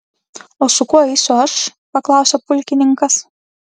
o su kuo eisiu aš paklausė pulkininkas